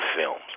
films